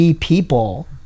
people